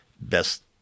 best